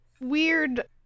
weird